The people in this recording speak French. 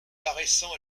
paraissant